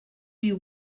you